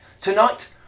Tonight